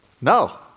No